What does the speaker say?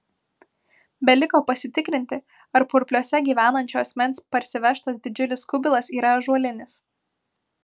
beliko pasitikrinti ar purpliuose gyvenančio asmens parsivežtas didžiulis kubilas yra ąžuolinis